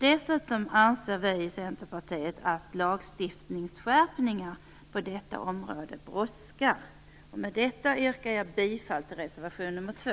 Dessutom anser vi i Centerpartiet att lagstiftningsskärpningar på detta område brådskar. Med detta yrkar jag bifall till reservation 2.